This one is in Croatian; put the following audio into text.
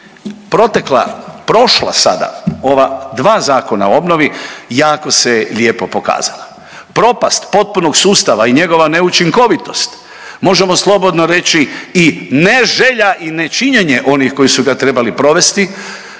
protekla prošla sada ova dva zakona o obnovi jako se lijepo pokazala. Propast potpunog sustava i njegova neučinkovitost, možemo slobodno reći i neželja i nečinjenje onih koji su ga trebali provesti,